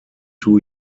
two